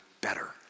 better